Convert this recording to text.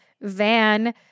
Van